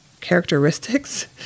characteristics